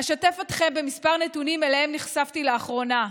אשתף אתכם בכמה נתונים שנחשפתי אליהם לאחרונה.